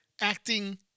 acting